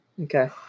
okay